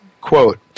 quote